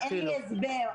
אין לי הסבר.